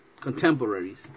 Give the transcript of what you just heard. Contemporaries